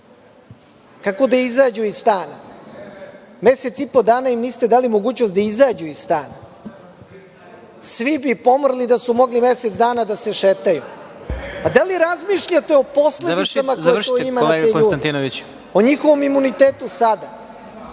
Kako da izađu iz stana? Mesec i po dana niste im dali mogućnost da izađu iz stana. Svi bi pomrli da su mogli mesec dana da se šetaju. Da li razmišljate o posledicama koje su imali ti ljudi, o njihovom imunitetu,